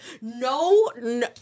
no